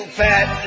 fat